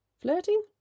flirting